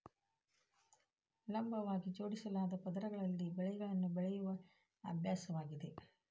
ಲಂಬವಾಗಿ ಜೋಡಿಸಲಾದ ಪದರಗಳಲ್ಲಿ ಬೆಳೆಗಳನ್ನು ಬೆಳೆಯುವ ಅಭ್ಯಾಸವಾಗಿದೆ